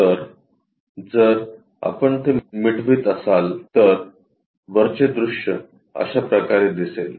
तर जर आपण ते मिटवत असाल तर वरचे दृश्य अशाप्रकारे दिसेल